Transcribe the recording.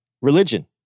religion